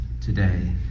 today